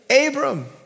Abram